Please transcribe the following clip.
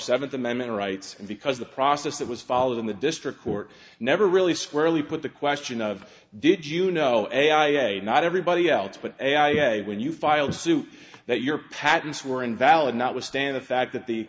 seventh amendment rights and because the process that was followed in the district court never really squarely put the question of did you know a i a not everybody else but when you filed suit that your patents were invalid not withstand the fact that the